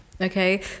okay